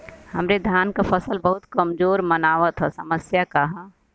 हमरे धान क फसल बहुत कमजोर मनावत ह समस्या का ह?